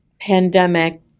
pandemic